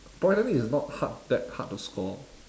polytechnic is not hard that hard to score